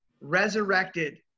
resurrected